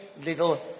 little